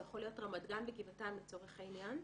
זה יכול להיות רמת גן וגבעתיים לצורך העניין.